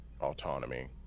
autonomy